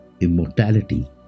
immortality